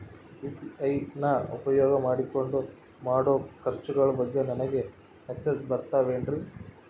UPI ನ ಉಪಯೋಗ ಮಾಡಿಕೊಂಡು ಮಾಡೋ ಖರ್ಚುಗಳ ಬಗ್ಗೆ ನನಗೆ ಮೆಸೇಜ್ ಬರುತ್ತಾವೇನ್ರಿ?